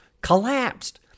collapsed